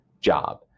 job